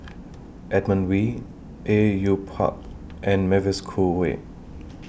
Edmund Wee Au Yue Pak and Mavis Khoo Oei